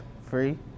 Free